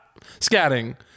scatting